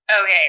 Okay